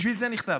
בשביל זה נכתב,